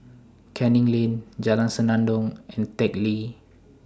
Canning Lane Jalan Senandong and Teck Lee